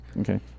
Okay